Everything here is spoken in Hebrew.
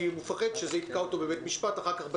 הוא מפחד שזה יתקע אותו בבית המשפט אחר כך בתביעה.